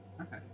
Okay